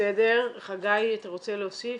חגי, אתה רוצה להוסיף?